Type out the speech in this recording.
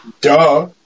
Duh